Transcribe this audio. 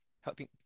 helping